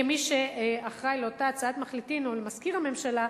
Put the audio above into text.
כמי שאחראי לאותה הצעת מחליטים או למזכיר הממשלה,